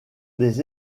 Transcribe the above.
des